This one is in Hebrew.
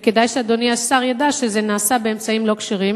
וכדאי שאדוני השר ידע שזה נעשה באמצעים לא כשרים,